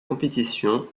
compétition